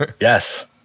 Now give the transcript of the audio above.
yes